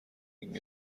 گین